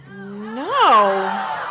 No